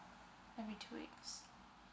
that'll be two weeks